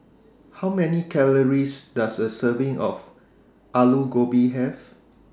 How Many Calories Does A Serving of Aloo Gobi Have